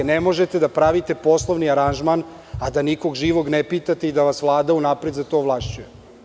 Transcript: Ne možete da pravite poslovni aranžman, a da nikog živog ne pitate i da vas Vlada unapred za to ovlašćuje.